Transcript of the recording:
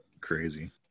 Crazy